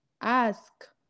Ask